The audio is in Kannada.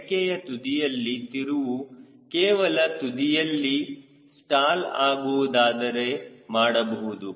ರೆಕ್ಕೆಯ ತುದಿಯಲ್ಲಿ ತಿರುವು ಕೇವಲ ತುದಿಯಲ್ಲಿ ಸ್ಟಾಲ್ ಆಗುವುದಾದರೆ ಮಾಡಬಹುದು